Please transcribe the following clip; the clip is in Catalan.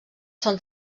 són